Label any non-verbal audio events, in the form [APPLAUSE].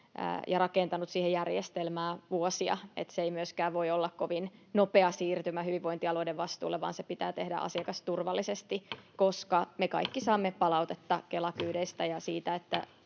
ja rakentanut siihen järjestelmää vuosia, niin että se ei myöskään voi olla kovin nopea siirtymä hyvinvointialueiden vastuulle, vaan se pitää tehdä asiakasturvallisesti, [NOISE] koska me kaikki saamme palautetta Kela-kyydeistä ja siitä,